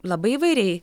labai įvairiai